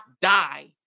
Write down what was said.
die